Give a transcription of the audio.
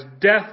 Death